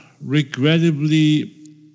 regrettably